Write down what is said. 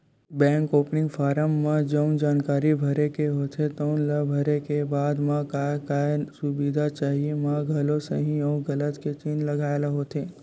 bank opening form म जउन जानकारी भरे के होथे तउन ल भरे के बाद म का का सुबिधा चाही म घलो सहीं अउ गलत के चिन्हा लगाए ल होथे